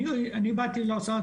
אני באתי לאוצר,